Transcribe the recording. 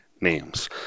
names